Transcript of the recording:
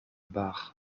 barre